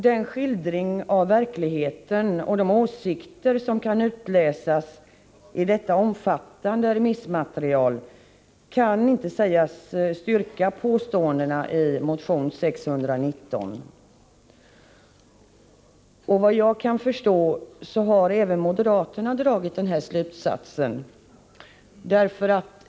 Den skildring av verkligheten och de åtsikter som kan utläsas i detta omfattande remissmaterial kan inte sägas styrka påståendena i motion 619. Efter vad jag kan förstå har moderaterna dragit samma slutsats.